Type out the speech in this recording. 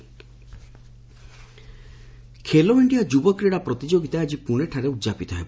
Khelo India Khelo India ଯୁବ କ୍ରୀଡ଼ା ପ୍ରତିଯୋଗିତା ଆଜି ପୁଣେଠାରେ ଉଦ୍ଯାପିତ ହେବ